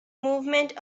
movement